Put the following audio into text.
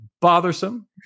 bothersome